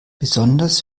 besonders